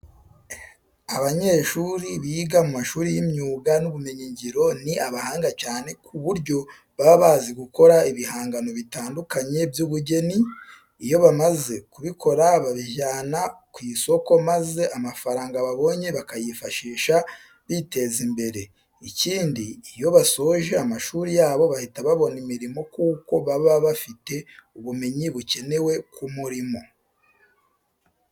Abanyeshuri biga mu mashuri y'imyuga n'ubumenyingiro ni abahanga cyane ku buryo baba bazi gukora ibihangano bitandukanye by'ubugeni. Iyo bamaze kubikora babijyana ku isoko maza amafaranga babonye bakayifashisha biteza imbere. Ikindi, iyo basoje amashuri yabo bahita babona imirimo kuko baba bafite ubumenyi bukenewe ku murimo.